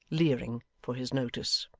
leering, for his notice.